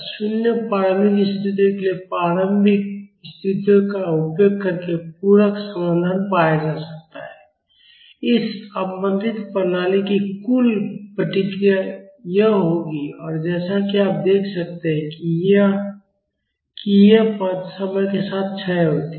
शून्य प्रारंभिक स्थितियों के लिए प्रारंभिक स्थितियों का उपयोग करके पूरक समाधान पाया जा सकता है इस अवमंदित प्रणाली की कुल प्रतिक्रिया यह होगी और जैसा कि आप देख सकते हैं कि ये पद समय के साथ क्षय होती हैं